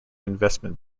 investment